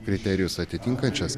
kriterijus atitinkančios